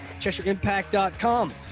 CheshireImpact.com